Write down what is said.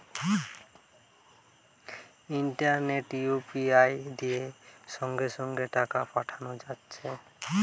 ইন্টারনেটে ইউ.পি.আই দিয়ে সঙ্গে সঙ্গে টাকা পাঠানা যাচ্ছে